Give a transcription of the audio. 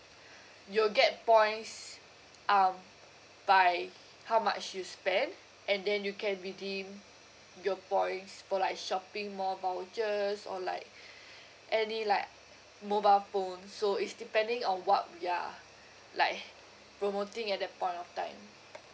you'll get points um by how much you spend and then you can redeem your points for like shopping mall vouchers or like any like mobile phone so is depending on what we are like promoting at that point of time